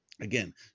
again